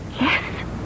Yes